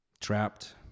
trapped